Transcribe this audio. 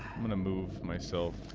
in the moves myself